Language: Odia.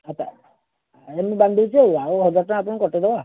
ଆଚ୍ଛା ଆଉ ମୁଁ ବାନ୍ଧି ଦେଉଛି ଆଉ କ'ଣ ଆଉ ହଜାର ଟଙ୍କା ଆପଣଙ୍କୁ କଟାଇଦେବା